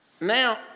Now